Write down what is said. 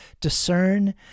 discern